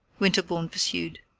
winterbourne pursued,